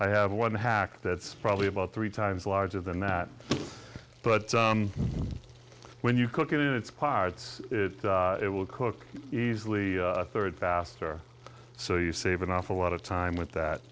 i have one hack that's probably about three times larger than that but when you cook it in its parts it will cook easily a third faster so you save an awful lot of time with that